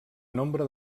nombre